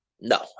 No